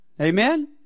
Amen